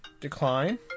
Decline